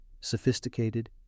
sophisticated